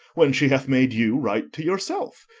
when she hath made you write to yourself?